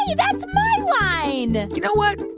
yeah that's my line you know what?